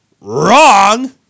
Wrong